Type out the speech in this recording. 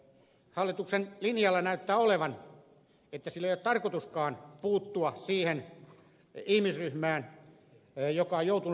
hallituksen linja näyttää olevan että sillä ei ole tarkoituskaan puuttua siihen ihmisryhmään joka on joutunut syrjään